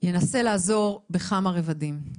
ינסה לעזור כמה רבדים,